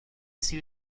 sue